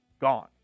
gone